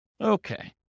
Okay